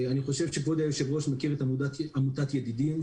אני חושב שכבוד היושב-ראש מכיר את עמותת ידידים,